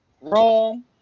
wrong